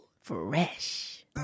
Fresh